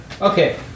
Okay